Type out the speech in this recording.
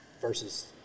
versus